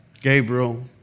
Gabriel